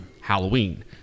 Halloween